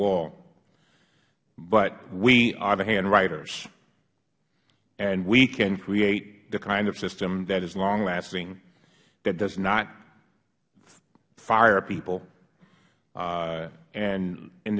wall but we are the handwriters and we can create the kind of system that is long lasting that does not fire people